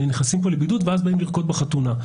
החתונה ונכנסים לבידוד ואחריו באים לרקוד בחתונה.